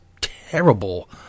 terrible